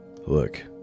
Look